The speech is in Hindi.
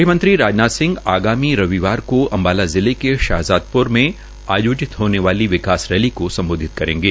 गृहमंत्री राजनाथ सिंह आगामी रविवार को अम्बाला जिले के शाहज़ादप्र में आयोजित होने वाली विकास रैली को सम्बोधित करेंगे